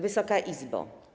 Wysoka Izbo!